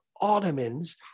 Ottomans